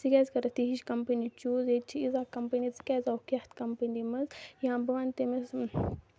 ژٕ کیازِ کٔرٕتھ یہِ ہِش کَمپٔنی چوٗز ییٚتہِ چھِ ییژاہ کَمپٔنۍ ژٕ کیازِ آوُکھ یَتھ کَمپٔنۍ منٛز یا بہٕ وَنہٕ تٔمِس